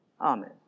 Amen